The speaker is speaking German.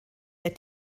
der